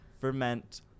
ferment